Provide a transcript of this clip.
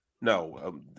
No